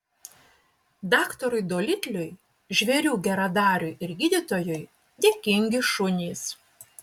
daktarui dolitliui žvėrių geradariui ir gydytojui dėkingi šunys